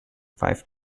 five